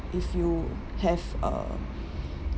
if you have a